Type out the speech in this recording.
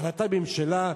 החלטת ממשלה.